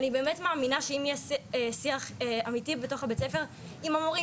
אני באמת מאמינה שאם יהיה שיח אמיתי בתוך בית הספר עם המורים,